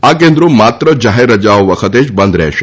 આ કેન્દ્રો માત્ર જાહેર રજાઓ વખતે જ બંધ રહેશે